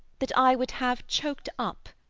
that i would have choked up,